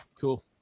Cool